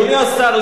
אדוני השר,